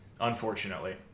Unfortunately